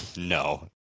No